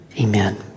Amen